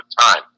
time